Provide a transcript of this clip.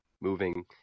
moving